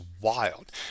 wild